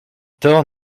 torts